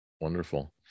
Wonderful